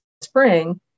spring